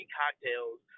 cocktails